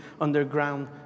underground